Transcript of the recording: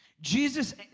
Jesus